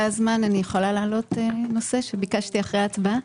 ביקשתי להעלות נושא אחרי ההצבעה.